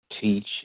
teach